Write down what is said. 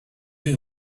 you